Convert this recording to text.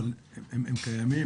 אבל הם קיימים.